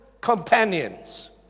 companions